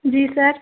जी sir